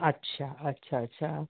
अच्छा अच्छा अच्छा